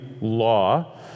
law